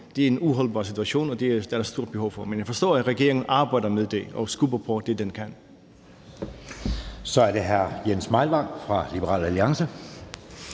Det er en uholdbar situation, og der er et stort behov dér. Men jeg forstår, at regeringen arbejder med det og skubber på det, den kan. Kl. 00:00 Anden næstformand